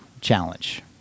Challenge